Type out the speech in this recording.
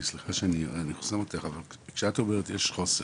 אבל כשאת אומרת יש חוסר,